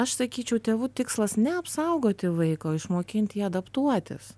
aš sakyčiau tėvų tikslas ne apsaugoti vaiką o išmokint jį adaptuotis